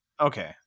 okay